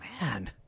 man